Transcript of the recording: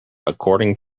according